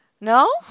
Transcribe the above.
No